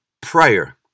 prayer